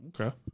Okay